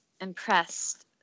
impressed